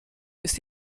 ist